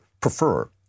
prefer